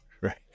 Right